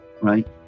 right